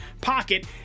pocket